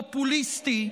פופוליסטי,